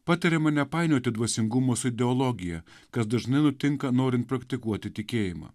patariama nepainioti dvasingumo su ideologija kas dažnai nutinka norint praktikuoti tikėjimą